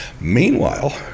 Meanwhile